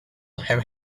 have